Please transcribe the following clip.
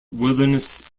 wilderness